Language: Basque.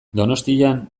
donostian